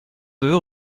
deux